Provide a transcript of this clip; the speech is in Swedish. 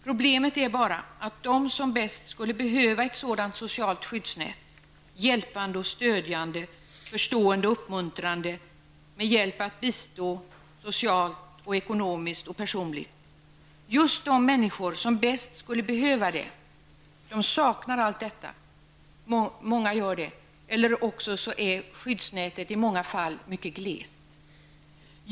Problemet är bara att just de som bäst skulle behöva ett sådant socialt skyddsnät -- hjälpande och stödjande, förstående och uppmuntrande, med hjälp att bistå socialt, ekonomiskt och personligt -- saknar allt detta, eller så är skyddsnätet mycket glest.